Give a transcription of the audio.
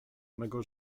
mego